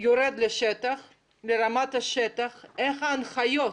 יורדת לרמת השטח, מה ההנחיות.